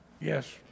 Yes